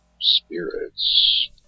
spirits